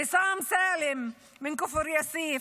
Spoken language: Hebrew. עסאם סאלם מכפר יאסיף,